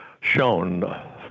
shown